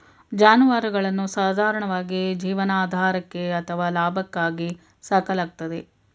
ಜಾನುವಾರುಗಳನ್ನು ಸಾಧಾರಣವಾಗಿ ಜೀವನಾಧಾರಕ್ಕೆ ಅಥವಾ ಲಾಭಕ್ಕಾಗಿ ಸಾಕಲಾಗ್ತದೆ